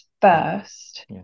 first